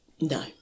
no